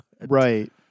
Right